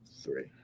three